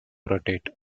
rotate